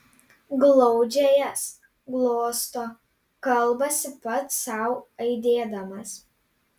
glaudžia jas glosto kalbasi pats sau aidėdamas